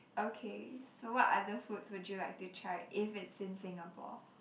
okay so what other foods would you like to try if it's in Singapore